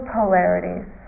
polarities